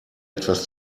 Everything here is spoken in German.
etwas